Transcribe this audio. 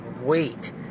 wait